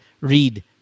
read